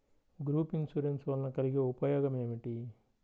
Group insurance వలన కలిగే ఉపయోగమేమిటీ?